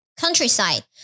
countryside，